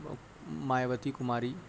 Mayawati Kumari